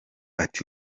ati